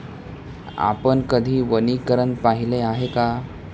आपण कधी वनीकरण पाहिले आहे का?